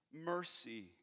mercy